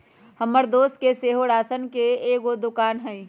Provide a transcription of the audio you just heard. हमर दोस के सेहो राशन के एगो दोकान हइ